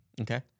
Okay